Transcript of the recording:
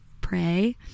pray